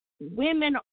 women